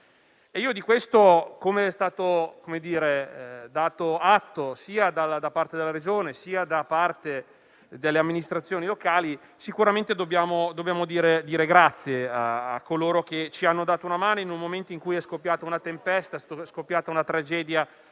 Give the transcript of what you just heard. e per questo, di cui è stato dato atto sia dalla Regione sia dalle amministrazioni locali, sicuramente dobbiamo dire grazie a coloro che ci hanno dato una mano in un momento in cui è scoppiata una tempesta, una tragedia